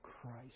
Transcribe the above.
Christ